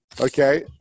Okay